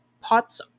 Pots